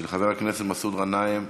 של חבר הכנסת מסעוד גנאים.